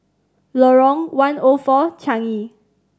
Lorong One O Four Changi